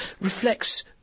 reflects